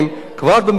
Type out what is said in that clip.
כבר במקורות